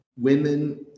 women